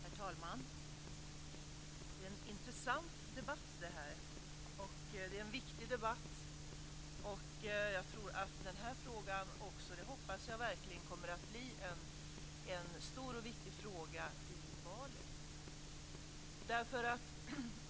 Herr talman! Detta är en intressant debatt, och en viktig debatt. Jag tror och hoppas verkligen att denna fråga kommer att bli en stor och viktig fråga i valet.